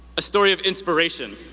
a story of inspiration,